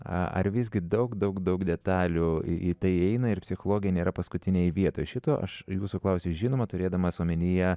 ar visgi daug daug daug detalių į tai įeina ir psichologija nėra paskutinėj vietoj šito aš jūsų klausiu žinoma turėdamas omenyje